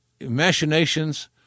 Imaginations